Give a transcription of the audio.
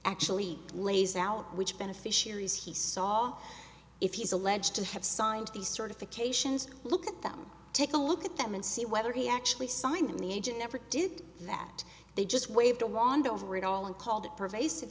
actually lays out which beneficiaries he saw if he's alleged to have signed these certifications look at them take a look at them and see whether he actually signed them the agent never did that they just waved a wand over it all and called it pervasive